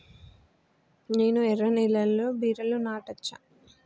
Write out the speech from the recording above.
నేను ఎర్ర నేలలో బీరలు నాటచ్చా?